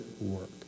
work